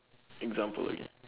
example okay